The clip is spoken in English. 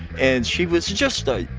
and she was just a,